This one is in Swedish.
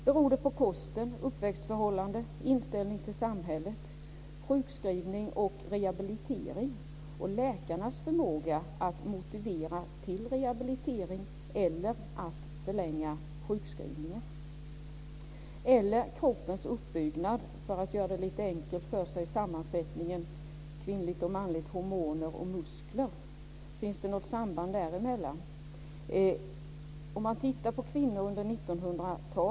Beror det på kosten, uppväxtförhållanden, inställning till samhället? Beror det på sjukskrivning och rehabilitering och på läkarnas förmåga att motivera till rehabilitering eller att förlänga sjukskrivningen? Eller beror det på kroppens uppbyggnad? För att göra det lite enkelt för sig kan man tala om sammansättningen av kvinnligt och manligt, hormoner och muskler. Finns det något samband däremellan? Man kan titta på kvinnor under 1900-talet.